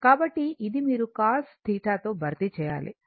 కాబట్టి ఇది మీరు cos θ తో భర్తీ చేయాలి